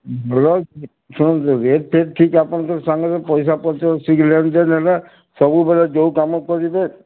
ଭଲ ଶୁଣନ୍ତୁ ରେଟ୍ଫେଟ୍ ଠିକ୍ ଆପଣଙ୍କ ସାଙ୍ଗରେ ପଇସାପତ୍ର ବସିକି ଲେନ୍ଦେନ୍ ହେଲା ସବୁବେଳେ ଯେଉଁ କାମ କରିବେ